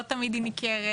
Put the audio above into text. לא תמיד היא ניכרת,